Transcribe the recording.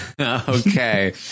okay